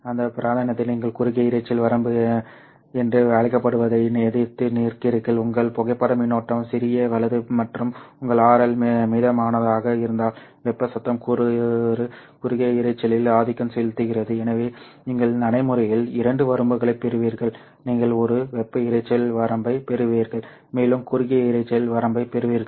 அந்த பிராந்தியத்தில் நீங்கள் குறுகிய இரைச்சல் வரம்பு என்று அழைக்கப்படுவதை எதிர்த்து நிற்கிறீர்கள் உங்கள் புகைப்பட மின்னோட்டம் சிறிய வலது மற்றும் உங்கள் RL மிதமானதாக இருந்தால் வெப்ப சத்தம் கூறு குறுகிய இரைச்சலில் ஆதிக்கம் செலுத்துகிறது எனவே நீங்கள் நடைமுறையில் இரண்டு வரம்புகளைப் பெறுவீர்கள் நீங்கள் ஒரு வெப்ப இரைச்சல் வரம்பைப் பெறுவீர்கள் மேலும் குறுகிய இரைச்சல் வரம்பைப் பெறுவீர்கள்